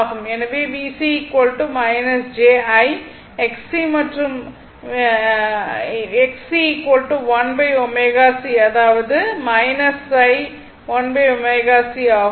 எனவே VC j I Xc மற்றும் மீது Xc 1ω c அதாவது 1ω c ஆகும்